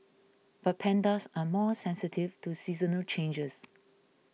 but pandas are more sensitive to seasonal changes